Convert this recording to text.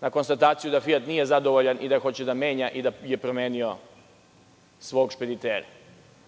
na konstataciju da Fijat nije zadovoljan i da hoće da menja, da je promenio svog špeditera. Danas